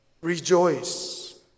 Rejoice